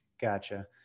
Gotcha